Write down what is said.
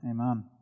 amen